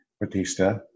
Batista